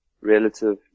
relative